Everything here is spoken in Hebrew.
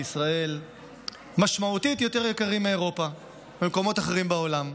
בישראל משמעותית יותר יקרים מבאירופה ומקומות אחרים בעולם.